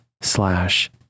slash